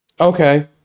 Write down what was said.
Okay